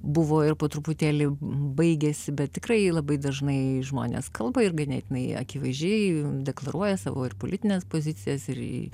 buvo ir po truputėlį baigėsi bet tikrai labai dažnai žmonės kalba ir ganėtinai akivaizdžiai deklaruoja savo ir politines pozicijas ir